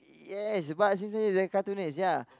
yes Bart-Simpson is a cartoonist ya